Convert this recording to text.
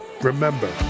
remember